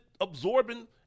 absorbing